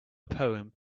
poem